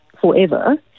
forever